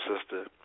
sister